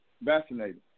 vaccinated